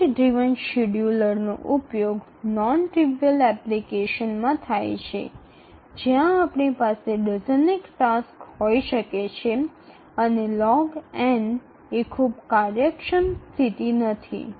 event driven શેડ્યૂલર્સનો ઉપયોગ non trivial એપ્લિકેશનમાં થાય છે જ્યાં આપણી પાસે ડઝનેક ટાસક્સ હોઈ શકે છે અને log એ ખૂબ કાર્યક્ષમ સ્થિતિ નથી